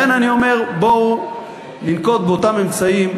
לכן אני אומר: בואו וננקוט את אותם אמצעים,